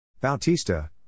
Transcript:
Bautista